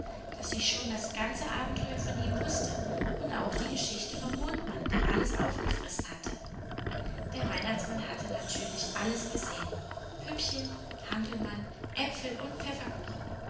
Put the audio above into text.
daß sie schon das ganze abenteuer von ihm wußte und auch die geschichte vom mondmann der alles aufgefressen hatte der weihnachtsmann hatte natürlich alles gesehen püppchen hampelmann äpfel und pfefferkuchen